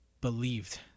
believed